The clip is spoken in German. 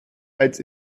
als